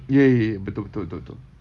ya ya ya betul betul betul betul